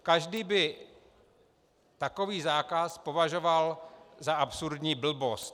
Každý by takový zákaz považoval za absurdní blbost.